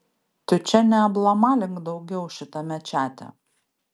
tu čia neablamalink daugiau šitame čate